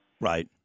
Right